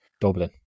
Dublin